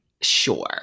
Sure